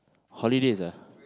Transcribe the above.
holidays ah